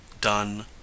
done